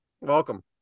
Welcome